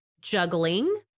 juggling